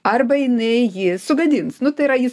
arba jinai jį sugadins nu tai yra jis